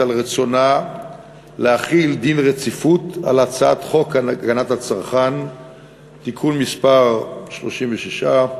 על רצונה להחיל דיון רציפות על הצעת חוק הגנת הצרכן (תיקון מס' 36)